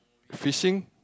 fishing